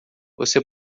você